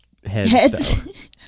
heads